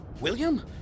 William